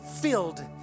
filled